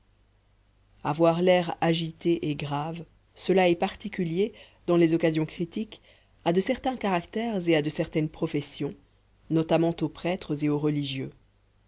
avoir l'air agité et grave cela est particulier dans les occasions critiques à de certains caractères et à de certaines professions notamment aux prêtres et aux religieux